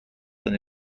than